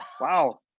wow